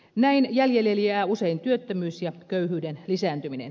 näin jäljelle jää usein työttömyys ja köyhyyden lisääntyminen